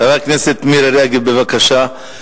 חברת הכנסת מירי רגב, בבקשה.